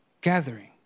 gathering